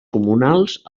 comunals